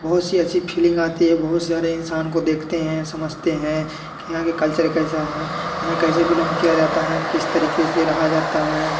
बहुत सी ऐसी फीलिंग आती है बहुत सारे इंसान को देखते हैं समझते हैं कि यहाँ के कलचर कैसा है यहाँ कैसे बिलॉन्ग किया जाता है किस तरीके से रहा जाता है